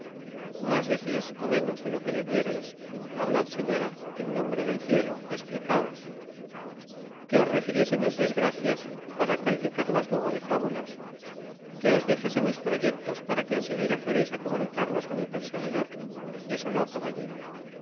mas decis ó menos de lo que debierais hablad señora en nombre del cielo esplicaos que os refiriese mis desgracias para calificarlas luego de fábulas que os dijese mis proyectos para que en seguida fuerais á comunicarlos á mi perseguidor eso no caballero